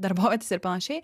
darbovietėse ir panašiai